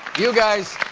you guys,